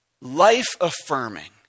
life-affirming